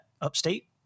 upstate